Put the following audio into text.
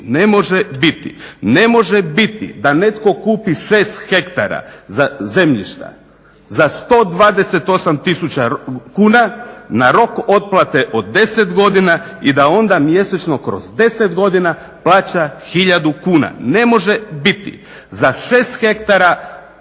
Ne može biti da netko kupi 6 ha zemljišta za 128000 kuna na rok otplate od 10 godina i da onda mjesečno kroz 10 godina plaća 1000 kuna. Ne može biti! Za 6 ha